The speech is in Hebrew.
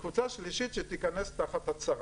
וקבוצה שלישית שתיכנס תחת הצהרה.